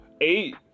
Eight